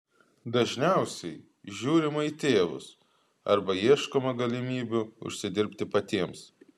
dažniausiai žiūrima į tėvus arba ieškoma galimybių užsidirbti patiems